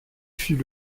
fut